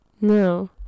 No